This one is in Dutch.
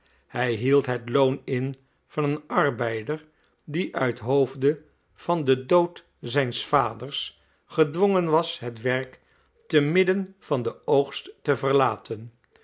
hij hield het loon in van een arbeider die uit hoofde van den dood zijns vaders gedwongen was het werk te midden van den oogst te verlaten